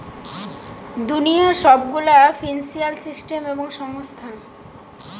দুনিয়ার সব গুলা ফিন্সিয়াল সিস্টেম এবং সংস্থা